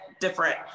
different